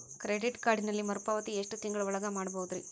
Credit ಕಾರ್ಡಿನಲ್ಲಿ ಮರುಪಾವತಿ ಎಷ್ಟು ತಿಂಗಳ ಒಳಗ ಮಾಡಬಹುದ್ರಿ?